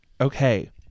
Okay